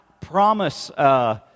promise